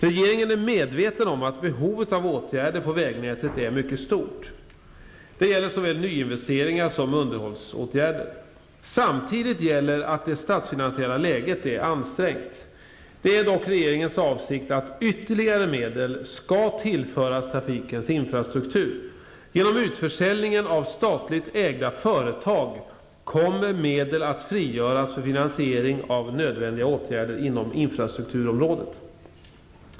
Regeringen är medveten om att behovet av åtgärder på vägnätet är mycket stort. Det gäller såväl nyinvesteringar som underhållsåtgärder. Samtidigt gäller att det statsfinansiella läget är ansträngt. Det är dock regeringens avsikt att ytterligare medel skall tillföras trafikens infrastruktur. Genom utförsäljningen av statligt ägda företag kommer medel att frigöras för finansiering av nödvändiga åtgärder inom infrastrukturområdet.